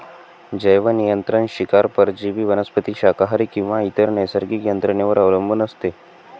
जैवनियंत्रण शिकार परजीवी वनस्पती शाकाहारी किंवा इतर नैसर्गिक यंत्रणेवर अवलंबून असते